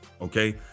Okay